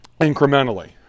incrementally